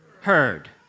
heard